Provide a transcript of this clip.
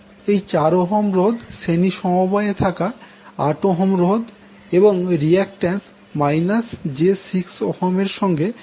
এই 4Ω এর রোধ শ্রেণী সমবায়ে থাকা 8Ω রোধ এবং রিয়াক্ট্যান্ট j6 Ω এর সঙ্গে সমান্তরাল সমবায়ে রয়েছে